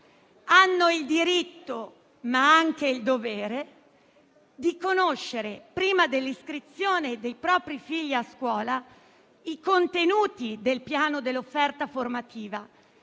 hanno il diritto, ma anche il dovere di conoscere prima dell'iscrizione dei propri figli a scuola i contenuti del Piano dell'offerta formativa